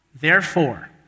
Therefore